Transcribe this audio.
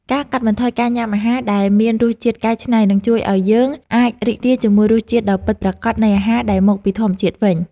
ការកាត់បន្ថយការញ៉ាំអាហារដែលមានរសជាតិកែច្នៃនឹងជួយឲ្យយើងអាចរីករាយជាមួយរសជាតិដ៏ពិតប្រាកដនៃអាហារដែលមកពីធម្មជាតិវិញ។